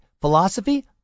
philosophy